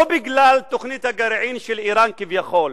לא בגלל תוכנית הגרעין של אירן כביכול,